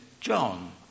John